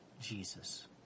Jesus